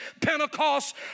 Pentecost